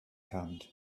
hand